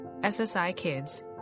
ssikids